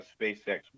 SpaceX